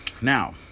now